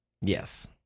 Yes